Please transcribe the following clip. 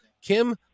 Kim